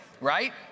right